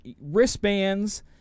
wristbands